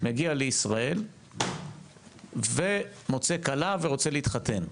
מגיע לישראל ומוצא כלה ורוצה להתחתן.